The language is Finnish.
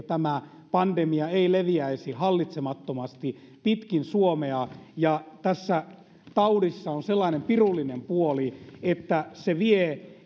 tämä pandemia leviäisi hallitsemattomasti pitkin suomea tässä taudissa on sellainen pirullinen puoli että se vie